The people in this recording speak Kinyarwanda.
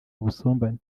ubusumbane